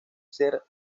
ser